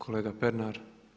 Kolega Pernar.